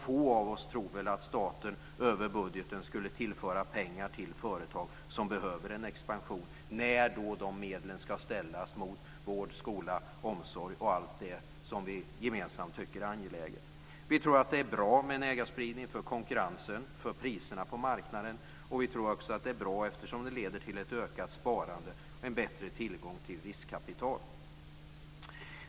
Få av oss tror väl att staten över budgeten skulle tillföra pengar till företag som behöver en expansion, när de medlen ska ställas mot vård, skola, omsorg och allt det som vi gemensamt tycker är angeläget. Vi tror att det är bra med en ägarspridning för konkurrensen och för priserna på marknaden. Vi tror också att det är bra eftersom det leder till ett ökat sparande och en bättre tillgång till riskkapital.